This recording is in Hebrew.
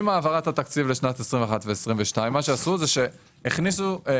עם העברת התקציב לשנת 21' -22' הכניסו את